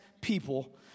people